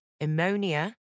ammonia